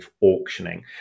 auctioning